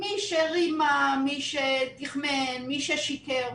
מי שרימה, מי שתחמן, מי ששיקר,